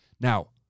Now